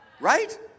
Right